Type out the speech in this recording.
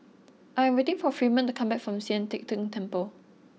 I am waiting for Freeman to come back from Sian Teck Tng Temple